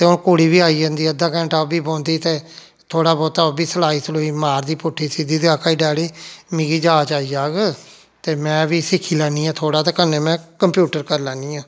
ते हून कुड़ी बी आई जंदी अद्धा घंटा ओह् बी बौंह्दी ते थोड़ा बोह्ता ओह् बी सलाई सलूई मारदी पुट्ठी सिद्धी ते आक्खा दी डैडी मिगी जाच आई जाग ते में बी सिक्खी लैन्नी आं थोह्ड़ा ते कन्नै में कम्पयूटर करी लैन्नी आं